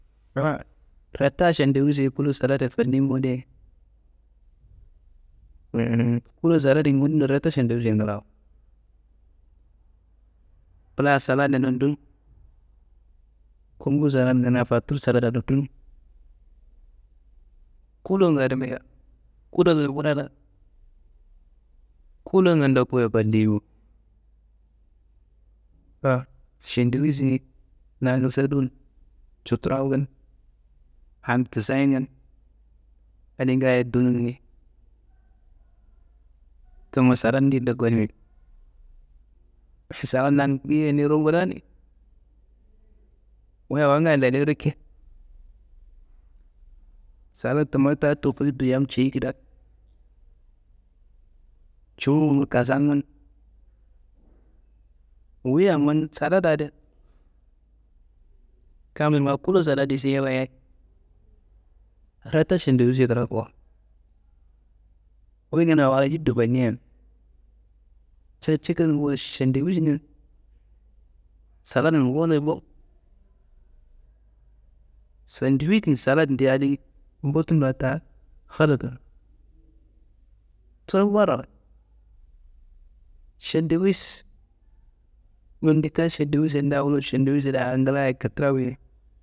Ngla reta šendiwuši- ye kulo saladi ye fandimi bo de. Hu kulo saladiye ngundo rata šendiwušiye nglawa. Pla saladiye nondun, gumbu saladiyena fatur salada da dun. Kulonga rimina, kulonga kura na? Kulonga n ndokuye falli bo. An šendiwušiye nangu sodu n cuturongu n, hal tisayinan adi ngaaye dunun ni tumu salad ndido gonimi. Hisalad ndan biyenuro ngulani, wuyi awo ngaaye ladu riki, salad tumma ta tofoyid do yam ceyi kida, jowuro kasangun, wuyi hamman saladadi kammiyi ma kulo saladiye siye wayi ratta šendiwušiye krakuwo. Wuyi kuna awo ajido fannia ca cikal wayi šendiwuš na, saladun bowuni bo. Sendiwunjin saladi adiyi mbottunga ta khalatuwo. Towuwara šendiwuš nondi ta šendiwuš andi da awo šendiwuš a ngla ye kitrawu ye.